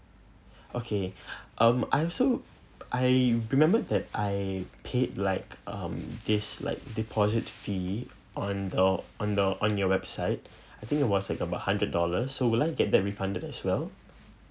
okay um I also I remember that I paid like um this like deposit fee on the on the on your website I think it was like about hundred dollars so will I get that refunded as well